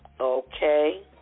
okay